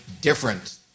different